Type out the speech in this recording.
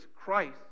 Christ